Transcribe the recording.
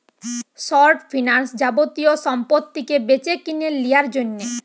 short finance যাবতীয় সম্পত্তিকে বেচেকিনে লিয়ার জন্যে